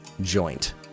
joint